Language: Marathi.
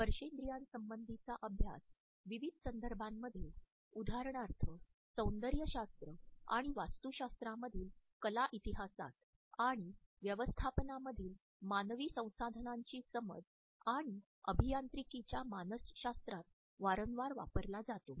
स्पर्शेंद्रियासंबंधीचा अभ्यास विविध संदर्भांमध्ये उदाहरणार्थ सौंदर्यशास्त्र आणि वास्तुशास्त्रामधील कला इतिहासात आणि व्यवस्थापनामधील मानवी संसाधनांची समज आणि अभियांत्रिकीच्या मानसशास्त्रात वारंवार वापरला जातो